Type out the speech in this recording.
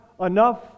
enough